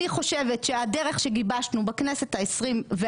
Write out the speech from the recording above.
אני חושבת שהדרך שגיבשנו בכנסת ה-24,